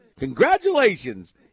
Congratulations